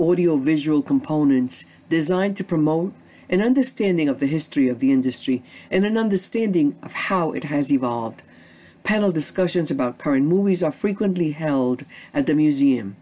audiovisual components designed to promote an understanding of the history of the industry and an understanding of how it has evolved panel discussions about current movies are frequently held at the museum